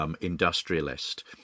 industrialist